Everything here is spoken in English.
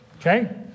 Okay